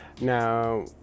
Now